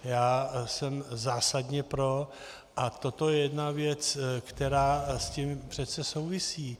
Já jsem zásadně pro, a toto je jedna věc, která s tím přece souvisí.